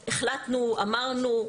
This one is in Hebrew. החלטנו, אמרנו.